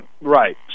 right